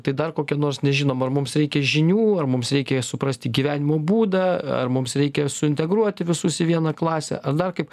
tai dar kokią nors nežinomą ar mums reikia žinių ar mums reikės suprasti gyvenimo būdą ar mums reikia suintegruoti visus į vieną klasę ar dar kaip